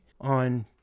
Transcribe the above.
on